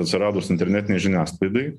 atsiradus internetinei žiniasklaidai